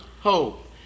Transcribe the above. hope